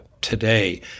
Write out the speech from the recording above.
today